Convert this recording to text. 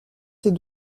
ses